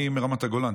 אני מרמת הגולן,